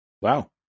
Wow